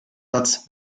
satz